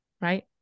right